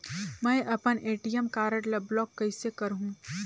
मै अपन ATM card ल ब्लाक कइसे करहूं?